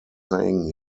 saying